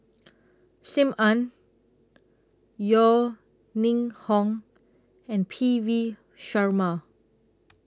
SIM Ann Yeo Ning Hong and P V Sharma